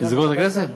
לסגור את הבסטה?